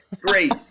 Great